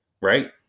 Right